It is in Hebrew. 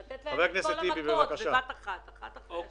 יש את אל-ימבור בחברה הערבית ואת